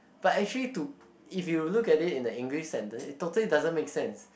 but actually to if you look at it in a English sentence it totally doesn't make sense